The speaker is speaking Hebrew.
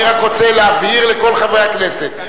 אני רק רוצה להבהיר לכל חברי הכנסת: